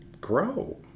grow